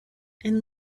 and